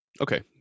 Okay